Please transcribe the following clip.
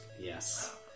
Yes